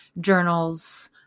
journals